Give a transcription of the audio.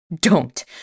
Don't